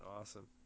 awesome